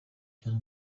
cyane